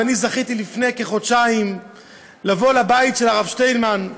ואני זכיתי לפני כחודשיים לבוא לבית של הרב שטיינמן.